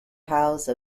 house